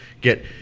Get